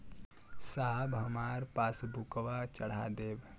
साहब हमार पासबुकवा चढ़ा देब?